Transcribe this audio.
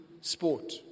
sport